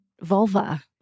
vulva